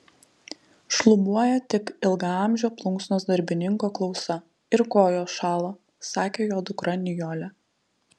šlubuoja tik ilgaamžio plunksnos darbininko klausa ir kojos šąla sakė jo dukra nijolė